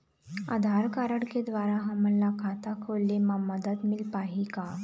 आधार card के द्वारा हमन ला खाता खोले म मदद मिल पाही का?